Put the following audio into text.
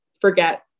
forget